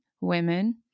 women